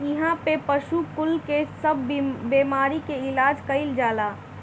इहा पे पशु कुल के सब बेमारी के इलाज कईल जाला